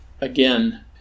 again